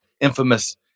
infamous